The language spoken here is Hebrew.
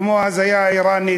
כמו ההזיה האיראנית.